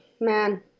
man